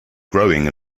growing